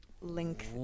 link